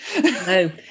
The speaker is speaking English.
no